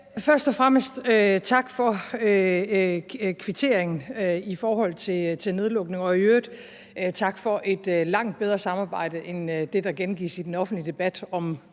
Først og fremmest tak for kvitteringen i forhold til nedlukningen – og i øvrigt tak for et langt bedre samarbejde end det, der gengives i den offentlige debat, om